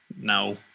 No